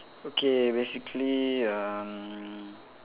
okay basically um